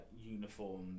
uniform